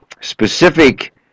specific